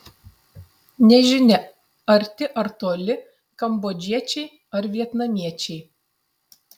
nežinia arti ar toli kambodžiečiai ar vietnamiečiai